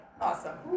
Awesome